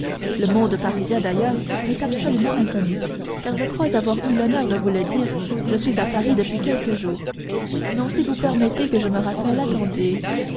le monde parisien d'ailleurs m'est absolument inconnu car je crois avoir eu l'honneur de vous le dire je suis à paris depuis quelques jours non si vous permettez que je me rappelle attendez